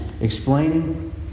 explaining